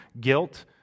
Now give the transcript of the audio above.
Guilt